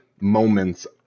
moments